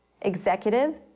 executive